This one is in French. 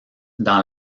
dans